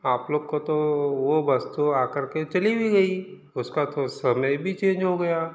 आप लोग को तो वो बस तो आ कर के चली भी गई उसका तो समय भी चेंज हो गया